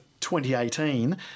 2018